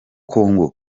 congo